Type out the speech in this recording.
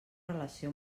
relació